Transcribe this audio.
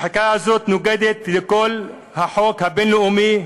החקיקה הזאת נוגדת את החוק הבין-לאומי.